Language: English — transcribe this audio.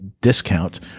Discount